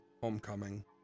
Homecoming